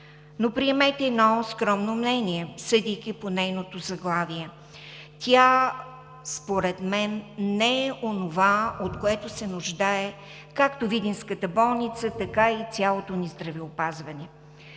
но приемете едно скромно мнение – според мен, съдейки по нейното заглавие, тя не е онова, от което се нуждаят както видинската болница, така и цялото ни здравеопазване.